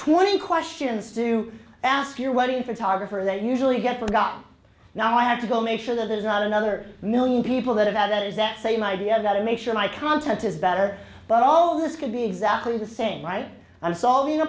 twenty questions to ask your wedding photographer they usually get forgotten now i have to go make sure that there's not another million people that have that exact same idea that i make sure my content is better but all this could be exactly the same right i'm solving a